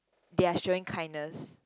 they are showing kindness